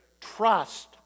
trust